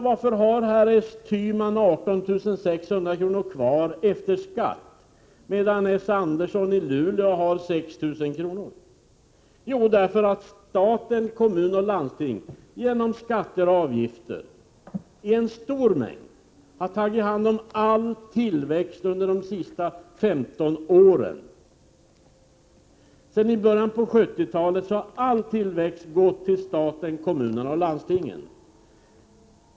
Varför har herr Tyman 18 600 kr. kvar efter skatt, medan herr S. Andersson i Luleå har kvar 6 000 kr.? Jo, därför att stat, kommun och landsting här hos oss genom skatter och en mängd avgifter har tagit hand om all tillväxt under de senaste 15 åren. Sedan början på 70-talet har all tillväxt gått till staten, kommunerna och landstingen.